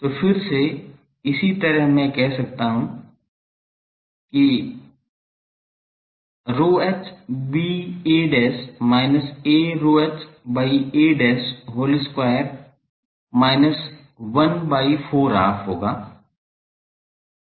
तो फिर से इसी तरह मैं कह सकता हूँ कि Ph ba minus a ρh by a whole square minus 1 by 4 half होगा